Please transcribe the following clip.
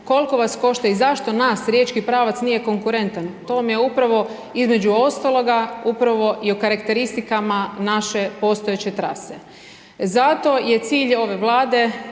koliko vas košta i zašto naš riječki pravac nije konkurentan, to vam je upravo, između ostaloga, upravo i o karakteristikama, naše postojeće trase. Zato je cilj ove vlade